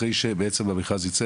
אחרי שבעצם המכרז ייצא,